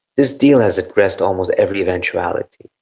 this deal has addressed almost every eventuality.